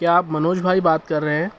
کیا آپ منوج بھائی بات کر رہے ہیں